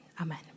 amen